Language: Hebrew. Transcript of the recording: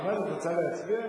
באמת, את רוצה להצביע?